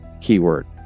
keyword